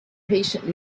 patiently